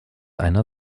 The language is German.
einer